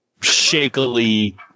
shakily